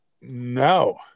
No